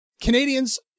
Canadians